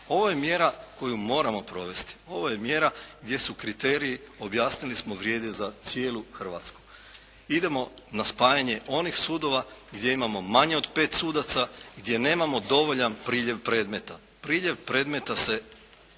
Ovo je mjera koju moramo provesti. Ovo je mjera gdje su kriteriji objasnili smo vrijedi za cijelu Hrvatsku. Idemo na spajanje onih sudova gdje imamo manje od 5 sudaca, gdje nemamo dovoljan priljev predmeta. Priljev predmeta se